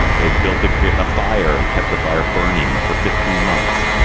they built a ah fire and kept the fire burning for fifteen months.